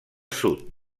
sud